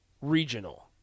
Regional